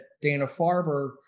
Dana-Farber